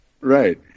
Right